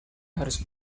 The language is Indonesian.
harus